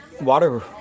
water